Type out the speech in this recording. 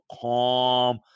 calm